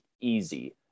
easy